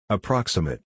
Approximate